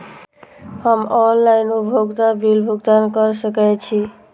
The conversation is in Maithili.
हम ऑनलाइन उपभोगता बिल भुगतान कर सकैछी?